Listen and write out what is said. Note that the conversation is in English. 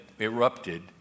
erupted